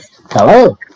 Hello